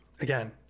again